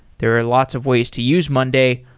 there are lots of ways to use monday,